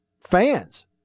fans